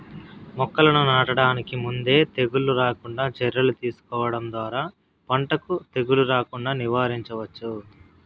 మొక్కలను నాటడానికి ముందే తెగుళ్ళు రాకుండా చర్యలు తీసుకోవడం ద్వారా పంటకు తెగులు రాకుండా నివారించవచ్చు